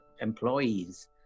employees